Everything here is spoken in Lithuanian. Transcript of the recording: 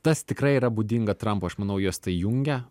tas tikrai yra būdinga trampui aš manau juos tai jungia